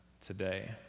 today